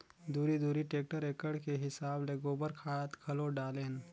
दूरी दूरी टेक्टर एकड़ के हिसाब ले गोबर खाद घलो डालेन